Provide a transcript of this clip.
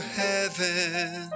heaven